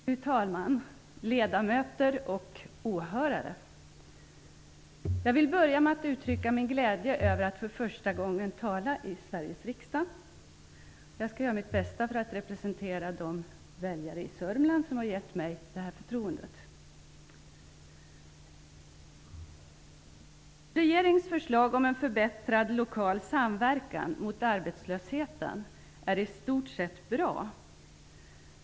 Fru talman! Ledamöter och åhörare! Jag vill börja med att uttrycka min glädje över att för första gången tala i Sveriges riksdag. Jag skall göra mitt bästa för att representera de väljare i Södermanland som har givit mig detta förtroende. Regeringens förslag om en förbättrad lokal samverkan mot arbetslösheten är i stort sett bra.